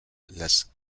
las